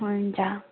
हुन्छ